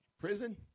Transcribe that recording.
Prison